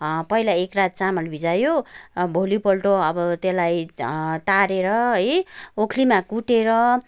पहिला एक रात चामल भिजायो भोलिपल्ट अब त्यसलाई तारेर है ओखलीमा कुटेर